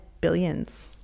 Billions